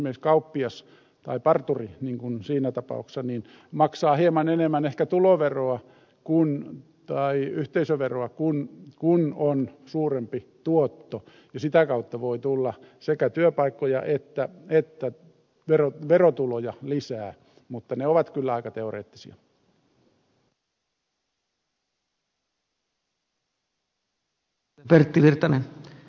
esimerkiksi kauppias tai parturi siinä tapauksessa maksaa hieman enemmän ehkä tuloveroa tai yhteisöveroa kun on suurempi tuotto ja sitä kautta voi tulla sekä työpaikkoja että verotuloja lisää mutta ne ovat kyllä aika teoreettisia arvioita